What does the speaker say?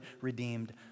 redeemed